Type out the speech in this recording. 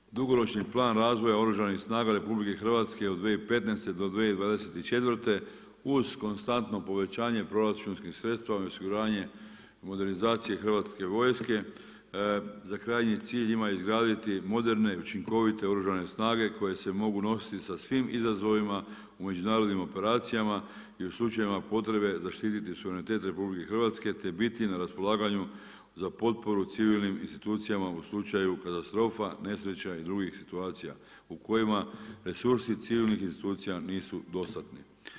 Mislim da Dugoročni plan razvoja Oružanih snaga RH od 2015.-2024. uz konstantno povećanje proračunskih sredstava i osiguranje modernizacije Hrvatske vojske za krajnji cilj ima izgraditi moderne i učinkovite oružane snage koje se mogu nositi sa svim izazovima u međunarodnim operacijama i u slučajevima potrebe zaštititi suverenitet RH te biti na raspolaganju za potporu civilnim institucijama u slučaju katastrofa, nesreća i drugih situacija u kojima resursi civilnih institucija nisu dostatni.